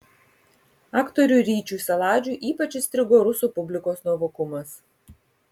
aktoriui ryčiui saladžiui ypač įstrigo rusų publikos nuovokumas